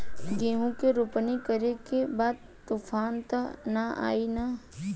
गेहूं के रोपनी करे के बा तूफान त ना आई न?